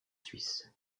suisse